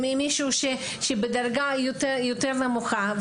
כמישהו בדרגה יותר נמוכה.